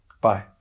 bye